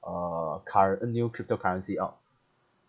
uh cur~ uh new cryptocurrency out